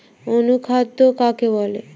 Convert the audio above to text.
অনুখাদ্য কাকে বলে?